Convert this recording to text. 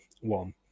one